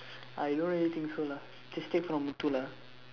I don't really think so lah just take from Muthu lah